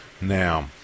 Now